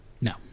No